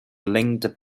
linked